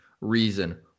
reason